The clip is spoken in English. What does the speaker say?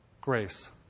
Grace